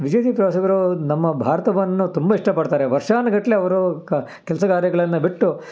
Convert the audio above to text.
ವಿದೇಶಿ ಪ್ರವಾಸಿಗರು ನಮ್ಮ ಭಾರತವನ್ನು ತುಂಬ ಇಷ್ಟಪಡ್ತಾರೆ ವರ್ಷಾನುಗಟ್ಟಲೆ ಅವರು ಕೆಲಸಕಾರ್ಯಗಳನ್ನು ಬಿಟ್ಟು